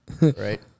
right